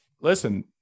listen